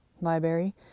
Library